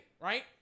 right